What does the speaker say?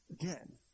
Again